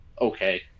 okay